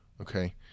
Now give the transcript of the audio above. okay